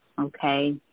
okay